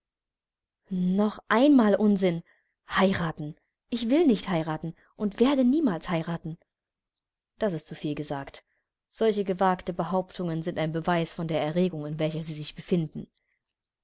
noch einmal unsinn heiraten ich will nicht heiraten und werde niemals heiraten das ist zuviel gesagt solche gewagte behauptungen sind ein beweis von der erregung in welcher sie sich befinden